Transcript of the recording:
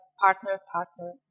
partner-partner